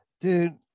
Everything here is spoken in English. dude